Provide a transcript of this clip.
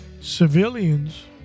civilians